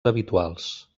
habituals